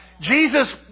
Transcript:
Jesus